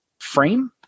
frame